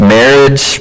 marriage